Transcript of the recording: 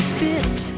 fit